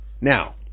Now